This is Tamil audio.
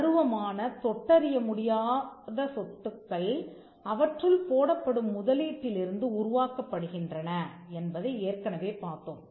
அருவமான தொட்டறிய முடியாத சொத்துக்கள் அவற்றுள் போடப்படும் முதலீட்டிலிருந்து உருவாக்கப்படுகின்றன என்பதை ஏற்கனவே பார்த்தோம்